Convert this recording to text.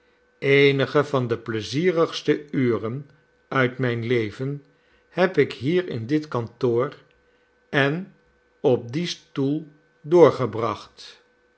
eenige van de pleizierigste uren uit mijn leven heb ik hier in dit kantoor en op dien stoel doorgebracht